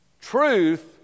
Truth